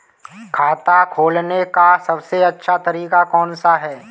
खाता खोलने का सबसे अच्छा तरीका कौन सा है?